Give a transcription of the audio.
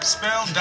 Spell